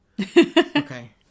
Okay